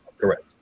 correct